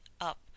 up